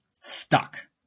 stuck